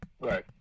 Right